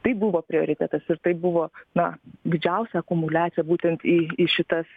tai buvo prioritetas ir tai buvo na didžiausia akumuliacija būtent į į šitas